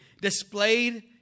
displayed